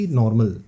normal